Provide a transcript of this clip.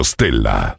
Stella